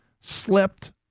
Slipped